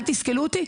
אל תסקלו אותי,